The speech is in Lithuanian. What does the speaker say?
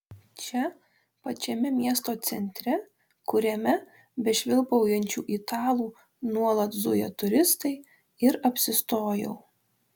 čia pačiame miesto centre kuriame be švilpaujančių italų nuolat zuja turistai ir apsistojau